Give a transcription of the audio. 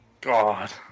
God